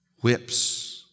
whips